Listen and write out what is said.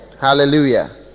Hallelujah